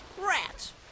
Rats